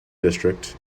district